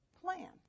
plan